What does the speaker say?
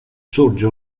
sorge